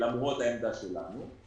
למרות העמדה שלנו.